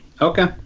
okay